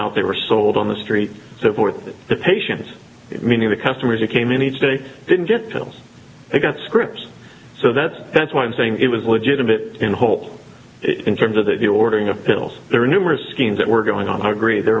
out they were sold on the street so forth the patients meaning the customers who came in each day didn't get pills they got scripts so that's that's why i'm saying it was legitimate in whole in terms of that the ordering of pills there were numerous schemes that were going on i agree there